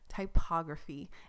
typography